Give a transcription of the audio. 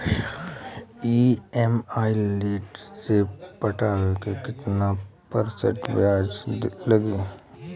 EMI late से पटावे पर कितना परसेंट ब्याज लगी?